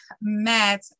met